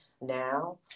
now